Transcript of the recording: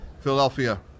Philadelphia